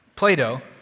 Plato